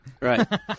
Right